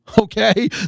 okay